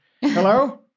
Hello